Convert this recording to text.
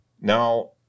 Now